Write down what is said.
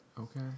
Okay